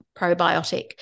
probiotic